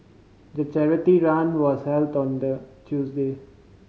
the charity run was held on the Tuesday